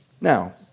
Now